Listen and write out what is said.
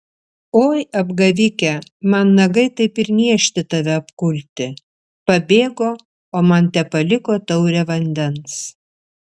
oi apgavike man nagai taip ir niežti tave apkulti pabėgo o man tepaliko taurę vandens